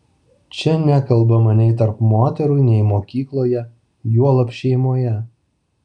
čia nekalbama nei tarp moterų nei mokykloje juolab šeimoje